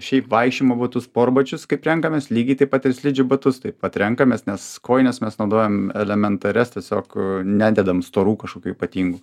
šiaip vaikščiojimo batus sportbačius kaip renkamės lygiai taip pat ir slidžių batus taip pat renkamės nes kojines mes naudojam elementarias tiesiog nededam storų kašokių ypatingų